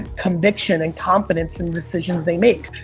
conviction, and competence in decisions they make.